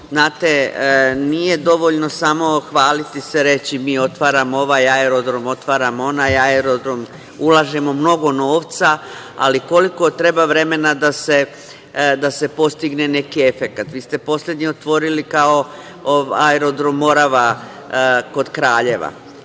nije dovoljno samo hvaliti se, reći – mi otvaramo ovaj aerodrom, otvaramo onaj aerodrom, ulažemo mnogo novca, ali koliko treba vremena da se postigne neki efekat? Vi ste poslednji otvorili kao aerodrom „Morava“ kod Kraljeva.